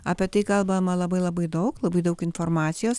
apie tai kalbama labai labai daug labai daug informacijos